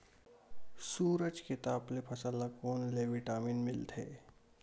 सूरज के ताप ले फसल ल कोन ले विटामिन मिल थे?